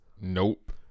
Nope